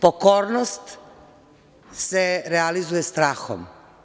Pokornost se realizuje strahom.